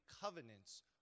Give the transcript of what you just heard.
covenants